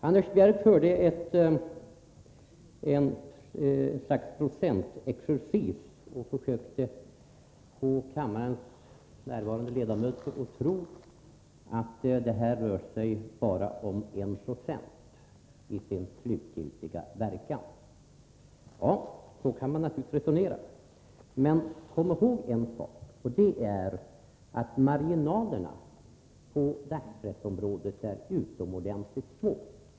Anders Björck försökte genom ett slags procentexercis få kammarens närvarande ledamöter att tro att det här rör sig om bara 1 96; det skulle vara förslagets slutgiltiga verkan. Så kan man naturligtvis resonera. Men kom ihåg att marginalerna på dagspressområdet är utomordentligt små.